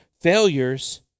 failures